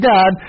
God